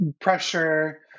pressure